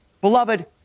Beloved